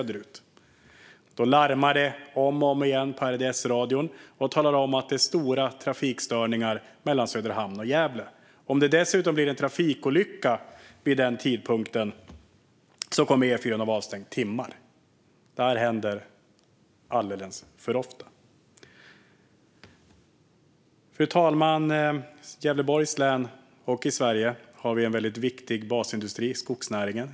Då larmar det om och om igen i RDS-radion om stora trafikstörningar mellan Söderhamn och Gävle. Om det dessutom inträffar en trafikolycka vid den tidpunkten kommer E4 att vara avstängd i timmar. Detta händer alldeles för ofta. Fru talman! I Gävleborgs län och i Sverige har vi en väldigt viktig basindustri: skogsnäringen.